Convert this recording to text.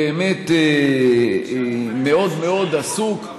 חבר הכנסת לפיד הוא באמת מאוד מאוד עסוק.